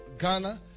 Ghana